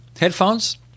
headphones